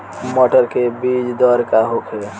मटर के बीज दर का होखे?